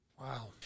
Wow